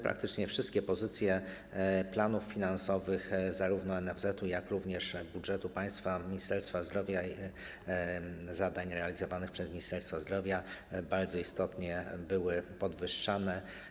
Praktycznie wszystkie pozycje planów finansowych - zarówno NFZ-etu, jak i budżetu państwa, Ministerstwa Zdrowia, w odniesieniu do zadań realizowanych przez Ministerstwo Zdrowia - bardzo istotnie były podwyższane.